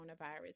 coronavirus